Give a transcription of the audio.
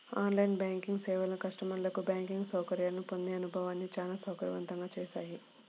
on line banking సేవలు కస్టమర్లకు banking సౌకర్యాలను పొందే అనుభవాన్ని చాలా సౌకర్యవంతంగా చేశాయి